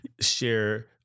share